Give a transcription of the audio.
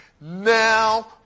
Now